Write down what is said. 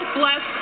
bless